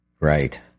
Right